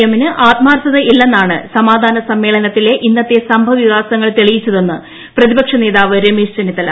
എമ്മിന് തെല്ലും ആത്മാർത്ഥതയില്ലെന്നാണ് സമാധാന സമ്മേളനത്തിലെ ഇന്നത്തെ സംഭവ വികാസങ്ങൾ തെളിയിച്ചതെന്ന് പ്രതിപക്ഷ നേതാവ് രമേശ് ചെന്നിത്തല